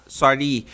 sorry